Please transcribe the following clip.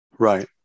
Right